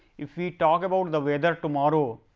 if we talk about the weather tomorrow,